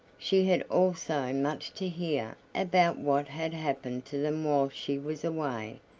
she had also much to hear about what had happened to them while she was away,